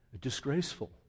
Disgraceful